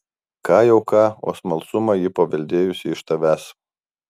ką jau ką o smalsumą ji paveldėjusi iš tavęs